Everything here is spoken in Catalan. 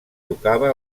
tocava